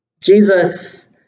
Jesus